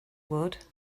would